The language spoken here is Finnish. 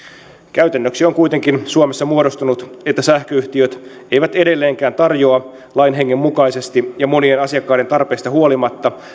käytännöksi on kuitenkin suomessa muodostunut että sähköyhtiöt eivät edelleenkään tarjoa lain hengen mukaisesti ja monien asiakkaiden tarpeista huolimatta